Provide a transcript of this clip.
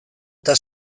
eta